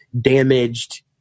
damaged